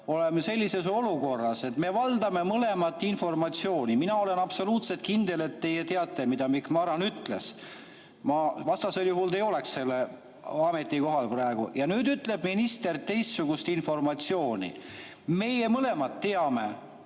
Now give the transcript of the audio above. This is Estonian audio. sellises olukorras, et me valdame mõlemad informatsiooni. Mina olen absoluutselt kindel, et teie teate, mida Mikk Marran ütles, vastasel juhul te ei oleks sellel ametikohal praegu. Ja nüüd ütleb minister teistsugust informatsiooni. Meie mõlemad teame,